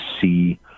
see